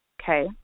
okay